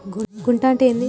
గుంట అంటే ఏంది?